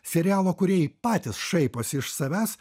serialo kūrėjai patys šaiposi iš savęs